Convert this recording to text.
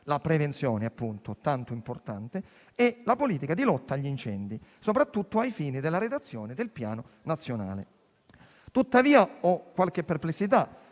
(la prevenzione appunto, tanto importante) e di lotta agli incendi, soprattutto ai fini della redazione del Piano nazionale. Tuttavia ho qualche perplessità,